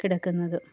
കിടക്കുന്നത്